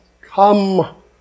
Come